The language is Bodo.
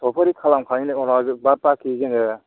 सफारि खालामखांनायनि उनाव बाद बाखि जोङो